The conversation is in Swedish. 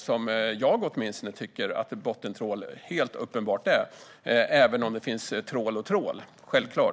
Det tycker åtminstone jag att det är uppenbart att bottentrål är, även om det självfallet finns olika trålar.